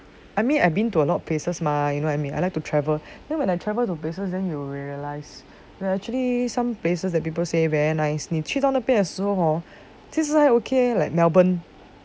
I mean I've been to a lot of places mah you know what I mean I like to travel then when I travel to places then you will realise that actually some places that people say very nice 你去到那边的时候 hor 其实还 okay leh like melbourne